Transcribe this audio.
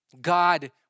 God